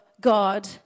God